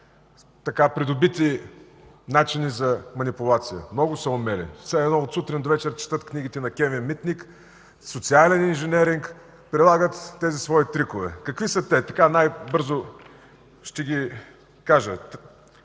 придобити начини за манипулация. Много са умели, все едно от сутрин до вечер четат книгите на Кевин Митник, социален инженеринг и прилагат тези свои трикове. Какви са те? Ще ги кажа